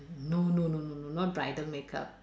no no no no no not bridal makeup